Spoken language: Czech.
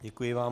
Děkuji vám.